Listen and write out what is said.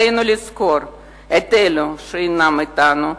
עלינו לזכור את אלה שאינם אתנו,